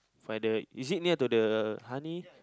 find the is it near to the honey